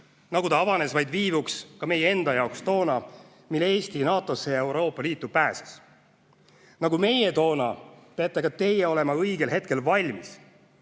nagu ta avanes vaid viivuks ka meie enda jaoks toona, mil Eesti NATO-sse ja Euroopa Liitu pääses. Nagu meie toona, peate ka teie olema õigel hetkel valmis.